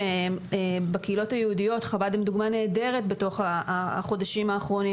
בקהילות היהודיות נתתם דוגמה נהדרת בחודשים האחרונים